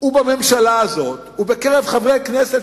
ובממשלה הזאת ובקרב חברי כנסת